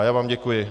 Já vám děkuji.